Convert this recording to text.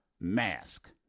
mask